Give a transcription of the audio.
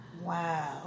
wow